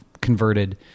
converted